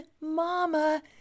mama